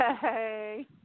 Hey